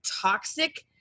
toxic